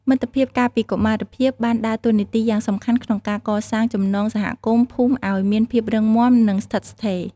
មិត្តភាពកាលពីកុមារភាពបានដើរតួនាទីយ៉ាងសំខាន់ក្នុងការកសាងចំណងសហគមន៍ភូមិឱ្យមានភាពរឹងមាំនិងស្ថិតស្ថេរ។